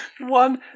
One